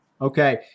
Okay